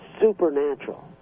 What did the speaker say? supernatural